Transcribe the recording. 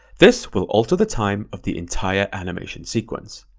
this will alter the time of the entire animated sequence.